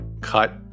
cut